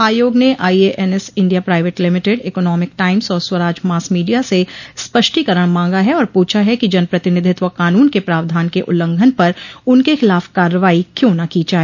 आयोग ने IANS India Private Limited Economic Times और स्वराज मास मीडिया से स्पष्टीकरण मांगा है और पूछा है कि जनप्रतिनिधित्व कानून के प्रावधान के उल्लंघन पर उनके खिलाफ कार्रवाई क्यों न की जाए